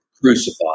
crucified